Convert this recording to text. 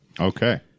Okay